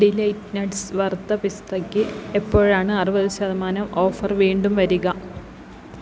delight nuts വറുത്ത പിസ്തയ്ക്ക് എപ്പോഴാണ് അറുപത് ശതമാനം ഓഫർ വീണ്ടും വരിക